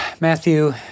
Matthew